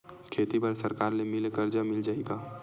खेती बर सरकार ले मिल कर्जा मिल जाहि का?